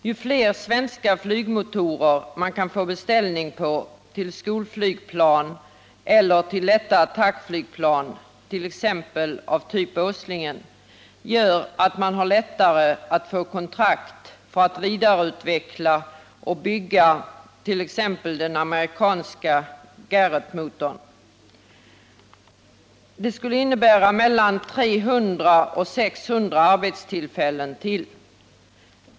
Ju fler svenska flygmotorer man kan få beställning på till skolflygplan eller till lätta attackflygplan, t.ex. av typ Åslingen, desto lättare har man att få kontrakt för att vidareutveckla och bygga t.ex. den amerikanska Garretmotorn. Det skulle innebära 300-600 arbetstillfällen.